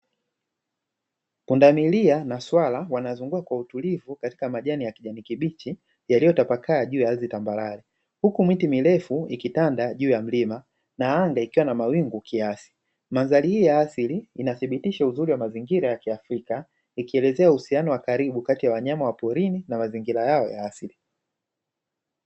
Pundamilia na swala wanazunguka kwa utulivu katika majani ya kijani kibichi yaliyotapakaa juu ya ardhi tambarare. Huku miti mirefu ikitanda juu ya mlima na anga ikiwa na mawingu kiasi. Mandhari hii ya asili inathibitisha uzuri wa mazingira ya kiafrika, ilielezea uhusiano wa karibu kati ya wanyama wa porini na mazingira yao ya asili.